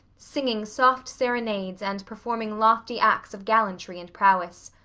singing soft serenades and performing lofty acts of gallantry and prowess.